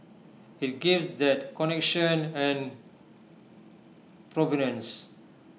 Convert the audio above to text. IT gives that connection and provenance